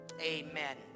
Amen